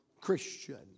Christian